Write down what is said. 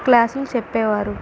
క్లాసులు చెప్పేవారు